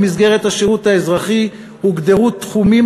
במסגרת השירות האזרחי הוגדרו תחומים